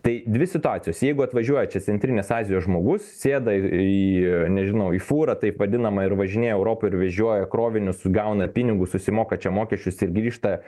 tai dvi situacijos jeigu atvažiuoja čia centrinės azijos žmogus sėda į nežinau į fūrą taip vadinamą ir važinėja europoj ir vežioja krovinius gauna pinigus susimoka čia mokesčius ir grįžta